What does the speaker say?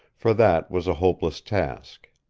for that was a hopeless task.